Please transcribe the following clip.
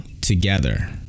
together